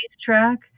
track